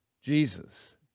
Jesus